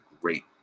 great